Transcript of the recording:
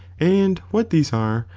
and what these are,